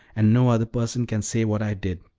and no other person can say what i did.